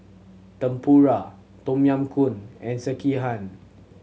Tempura Tom Yam Goong and Sekihan